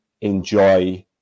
enjoy